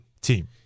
team